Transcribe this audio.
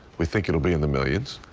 we think it'll be in the millions.